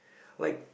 like